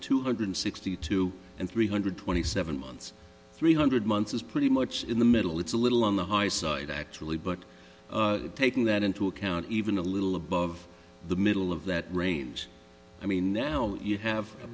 two hundred sixty two and three hundred twenty seven months three hundred months is pretty much in the middle it's a little on the high side actually but taking that into account even a little above the middle of that range i mean now you have a